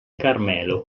carmelo